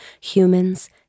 humans